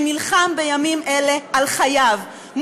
שנלחם בימים אלה על חייו,